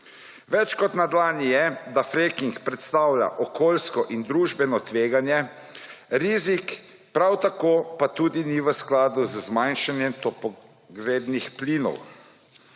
Več kot na dlani je, da fracking predstavlja okoljsko in družbeno tveganje, rizik, prav tako pa tudi ni v skladu z zmanjšanjem toplogrednih plinov.